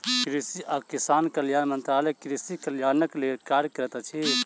कृषि आ किसान कल्याण मंत्रालय कृषि कल्याणक लेल कार्य करैत अछि